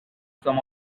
some